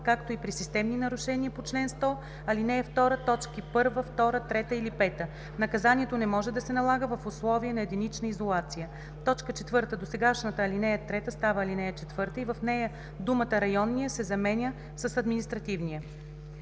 както и при системни нарушения по чл. 100, ал. 2, т. 1, 2, 3 или 5. Наказанието не може да се налага в условия на единична изолация.“ 4. Досегашната ал. 3 става ал. 4 и в нея думата „районния“ се заменя с „административния“.